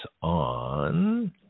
on